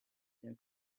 their